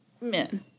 men